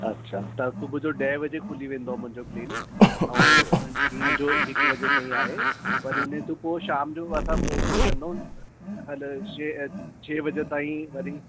अछा त सुबुह जो ॾहें बजे खुली वेंदो आहे मुंहिंजो क्लीनिक ऐं ॾींहं जो हिकु बजे ताईं आहे वरी उन तू पोइ शाम जो असां ओपिन कंदा आहियूं हल छहें छहें बजे ताईं वरी